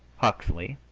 huxley,